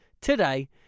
today